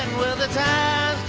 and well, the times,